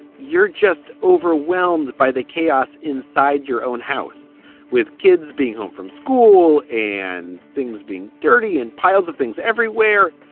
you're just overwhelmed by the chaos inside your own house with kids being home from school and things being dirty and piles of things everywhere.